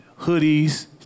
Hoodies